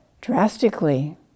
drastically